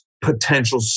potential